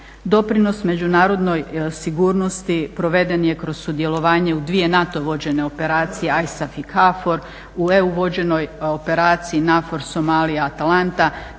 Doprinos međunarodnoj sigurnosti proveden je kroz sudjelovanje u dvije NATO vođene operacije ISAF i KFOR, u EU vođenoj operaciji NAFOR SOMALIJA-ATALANTA